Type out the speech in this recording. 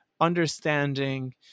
understanding